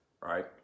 right